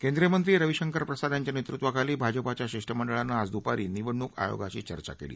केंद्रीय मंत्री रविशंकर प्रसाद यांच्या नेतृत्वाखाली भाजपाच्या शिष्टमंडळानं आज दुपारी निवडणूक आयोगाशी चर्चा केली